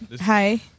Hi